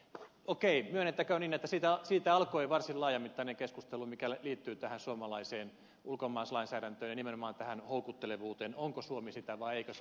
okei myönnettäköön että siitä alkoi varsin laajamittainen keskustelu mikä liittyy tähän suomalaiseen ulkomaalaislainsäädäntöön ja nimenomaan tähän houkuttelevuuteen onko suomi sitä vai eikö se ole sitä